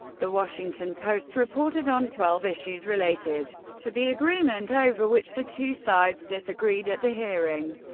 the washington post reported on twelve issues related to the agreement over which the two sides disagreed at the hearing.